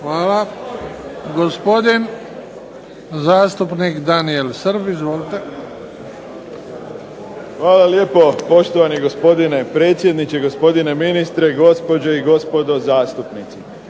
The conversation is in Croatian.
(HDZ)** Gospodin zastupnik Daniel Srb. **Srb, Daniel (HSP)** Hvala lijepo poštovani gospodine predsjedniče, gospodine ministre, gospođe i gospodo zastupnici.